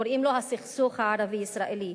קוראים לו הסכסוך הערבי הישראלי,